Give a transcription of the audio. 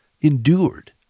endured